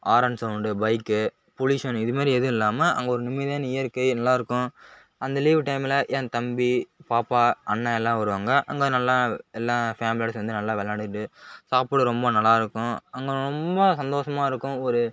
Aaron sound bike pollution இதுமாதிரி எதுவும் இல்லாமல் அங்கே ஒரு நிம்மதியான இயற்கை நல்லாயிருக்கும் அந்த லீவ் டைம்ல என் தம்பி பாப்பா அண்ணன் எல்லாரும் வருவாங்க அங்கே நல்லா எல்லாரும் ஃபேமிலியோட சேர்ந்து நல்லா விளையாண்டுவிட்டு சாப்பிட ரொம்ப நல்லாயிருக்கும் அங்கே ரொம்ப சந்தோஷமாக இருக்கும் ஒரு